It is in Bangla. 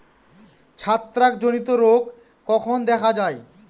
ছত্রাক জনিত রোগ কখন দেখা য়ায়?